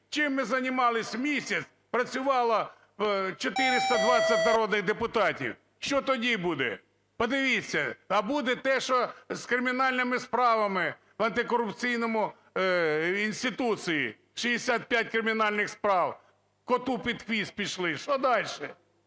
Чим ми займалися місяць, працювало 420 народних депутатів. Що тоді буде? Подивіться. А буде те, що з кримінальними справами в антикорупційному... інституції, 65 кримінальних справ коту під хвіст пішли. Що дальше?